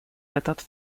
этот